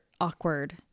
awkward